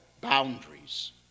boundaries